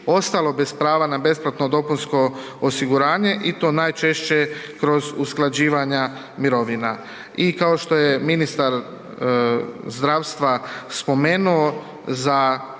ostalo bez prava na besplatno dopunsko osiguranje i to najčešće kroz usklađivanja mirovina. I kao što je ministar zdravstva spomenuo za